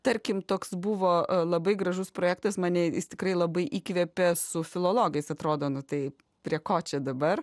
tarkim toks buvo labai gražus projektas mane jis tikrai labai įkvėpė su filologais atrodo nu tai prie ko čia dabar